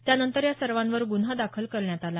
त्यानंतर या सर्वांवर गुन्हा दाखल करण्यात आला